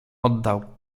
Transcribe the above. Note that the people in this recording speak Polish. oddał